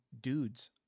dudes